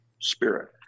spirit